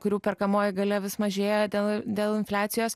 kurių perkamoji galia vis mažėja dėl dėl infliacijos